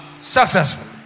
Successful